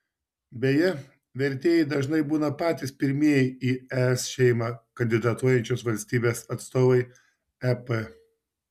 beje vertėjai dažnai būna patys pirmieji į es šeimą kandidatuojančios valstybės atstovai ep